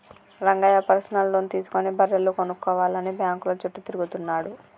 Rangayya personal loan తీసుకుని బర్రెలు కొనుక్కోవాలని బ్యాంకుల చుట్టూ తిరుగుతున్నాడు